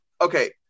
okay